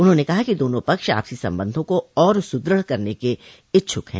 उन्होंने कहा कि दोनों पक्ष आपसी संबंधों को और सुदृढ़ करने के इच्छ्क हैं